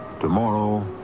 Tomorrow